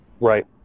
Right